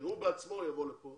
הוא בעצמו יבוא לכאן